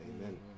amen